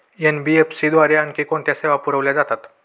NBFC द्वारे आणखी कोणत्या सेवा पुरविल्या जातात?